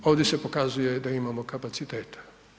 Ovdje se pokazuje da imamo kapaciteta.